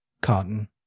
cotton